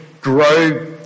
grow